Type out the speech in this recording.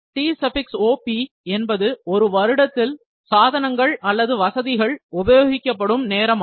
Top என்பது ஒரு வருடத்தில் சாதனங்கள் அல்லது வசதிகள் உபயோகிக்கப்படும் நேரம் ஆகும்